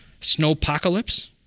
Snowpocalypse